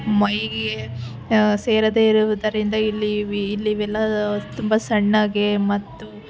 ಮೈಗೆ ಸೇರದೇ ಇರುವುದರಿಂದ ಇಲ್ಲಿ ಇಲ್ಲಿದೆಲ್ಲ ತುಂಬ ಸಣ್ಣಗೆ ಮತ್ತು